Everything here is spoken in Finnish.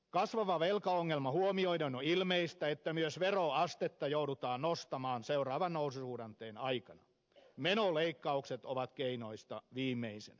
kasvava velkaongelma huomioiden on ilmeistä että myös veroastetta joudutaan nostamaan seuraavan noususuhdanteen aikana menoleikkaukset ovat keinoista viimeisenä